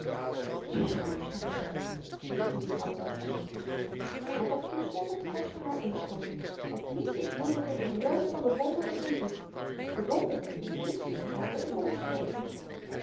in godsnaam dan zuchtte juffrouw pieterse maar dat toestemmen kostte haar inspanning want niets is moeielyker te gelooven dan n wonder dat men ziet de wonderen die men niet ziet maken n onderscheid